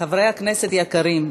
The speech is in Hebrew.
חברי הכנסת היקרים,